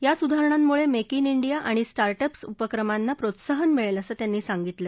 या सुधारणांमुळे make in India आणि स्टार्ट अप्स उपक्रमानां प्रोत्साहन मिळेल असं त्यांनी सांगितलं